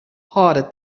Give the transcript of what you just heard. hâlde